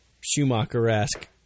Schumacher-esque